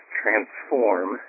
transform